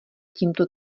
tímto